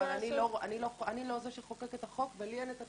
אני לא זה שחוקק את החוק ולי אין את התקציב.